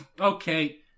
Okay